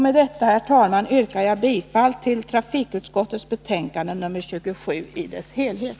Med detta, herr talman, yrkar jag bifall till trafikutskottets hemställan i dess helhet.